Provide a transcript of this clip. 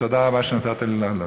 תודה רבה שנתת לי לעלות.